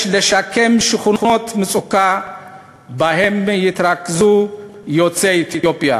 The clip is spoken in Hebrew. יש לשקם שכונות מצוקה שבהן התרכזו יוצאי אתיופיה.